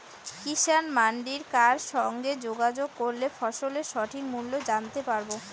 কিষান মান্ডির কার সঙ্গে যোগাযোগ করলে ফসলের সঠিক মূল্য জানতে পারবো?